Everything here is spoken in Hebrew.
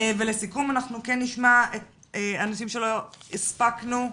ולסיכום נשמע אנשים שלא הספקנו,